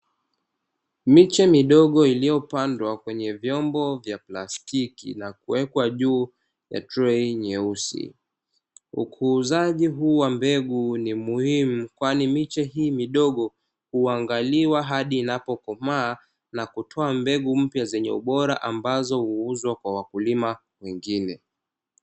Miche midogo iliyopandwa kwenye vyombo vya plastiki na kuwekwa juu ya treyi nyeusi, ukuuzaji huu wa mbegu ni muhimu kwani miche hii midogo huangaliwa hadi inapokomaa na kutoa mbegu mpya zenye ubora ambazo huuzwa kwa wakulima wengine.